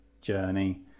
journey